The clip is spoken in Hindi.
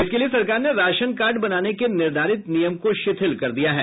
इसके लिए सरकार ने राशन कार्ड बनाने के निर्धारित नियम को शिथिल कर दिया है